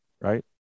right